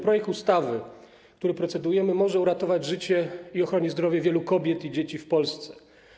Projekt ustawy, nad którym procedujemy, może uratować życie i ochronić zdrowie wielu kobiet i dzieci w Polsce.